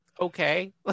okay